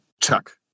Chuck